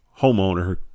homeowner